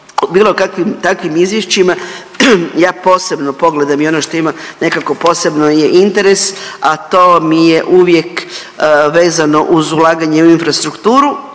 bilo kakvim takvim izvješćima ja posebno pogledam i ono što ima nekako posebno je interes, a to mi je uvijek vezano uz ulaganje u infrastrukturu,